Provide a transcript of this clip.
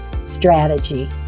strategy